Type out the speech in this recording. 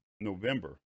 November